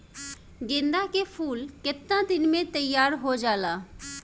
गेंदा के फूल केतना दिन में तइयार हो जाला?